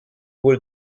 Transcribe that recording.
boule